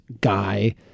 guy